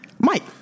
Mike